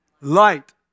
Light